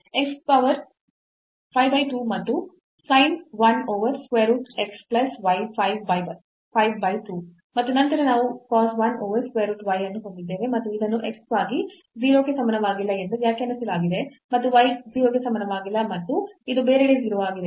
x power 5 by 2 ಮತ್ತು sin 1 over square root x plus y 5 by 2 ಮತ್ತು ನಂತರ ನಾವು cos 1 over square root y ಅನ್ನು ಹೊಂದಿದ್ದೇವೆ ಮತ್ತು ಇದನ್ನು x ಗಾಗಿ 0 ಕ್ಕೆ ಸಮಾನವಾಗಿಲ್ಲ ಎಂದು ವ್ಯಾಖ್ಯಾನಿಸಲಾಗಿದೆ ಮತ್ತು y 0 ಗೆ ಸಮಾನವಾಗಿಲ್ಲ ಮತ್ತು ಇದು ಬೇರೆಡೆ 0 ಆಗಿದೆ